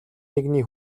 нэгний